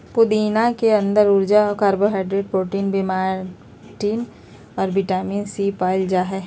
पुदीना के अंदर ऊर्जा, carbohydrate, protein, vitamin A, vitamin C, पाल जा हइ